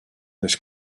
this